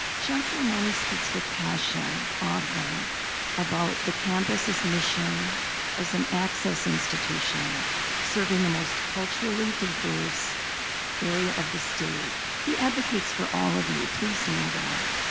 chancellor mone speaks with passion often about the campus's mission as an access institution serving the most culturally diverse areas of the state. he advocates for all of you, please know that.